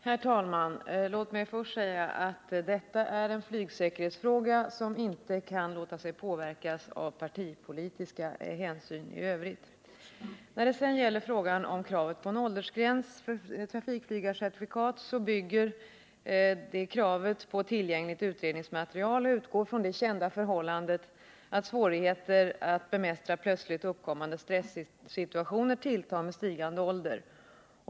Herr talman! Låt mig först säga att detta är en flygsäkerhetsfråga, som inte kan låta sig påverkas av partipolitiska hänsyn i övrigt. Kravet på en åldersgräns för trafikflygarcertifikat bygger på tillgängligt utredningsmaterial och utgår från det kända förhållandet att svårigheter att bemästra plötsligt uppkommande stressituationer tilltar med stigande ålder.